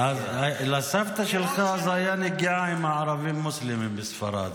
לסבתא שלך אז הייתה נגיעה עם ערבים מוסלמים בספרד,